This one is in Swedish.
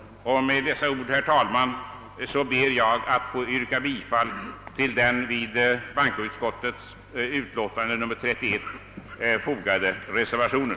Med dessa ord, herr talman, ber jag att få yrka bifall till den vid bankoutskottets utlåtande nr 31 fogade reservationen.